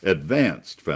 Advanced